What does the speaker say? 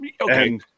Okay